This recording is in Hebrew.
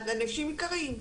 אז אנשים יקרים,